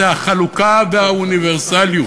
היא החלוקה והאוניברסליות,